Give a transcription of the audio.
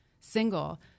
single